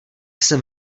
jsem